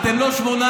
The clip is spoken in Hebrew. אתם לא 18,